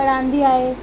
पढ़ांईंदी आहे